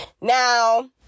Now